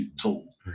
tool